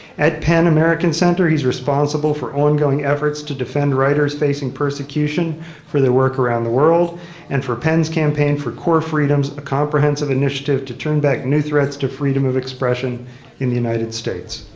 at pen american center, he's responsible for ongoing efforts to defend writers facing persecution for their work around the world and for pen's campaign for core freedoms of a comprehensive initiative to turn back new threats to freedom of expression in the united states.